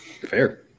Fair